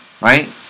right